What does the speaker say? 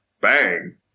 bang